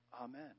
Amen